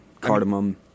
cardamom